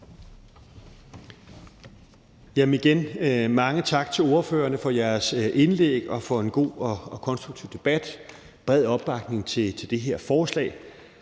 Prehn): Igen mange tak til ordførerne for jeres indlæg og for en god og konstruktiv debat og bred opbakning til det her forslag.